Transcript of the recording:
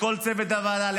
לכל צוות הוועדה,